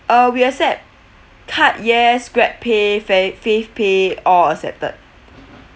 uh we accept card yes GrabPay Fave FavePay all accepted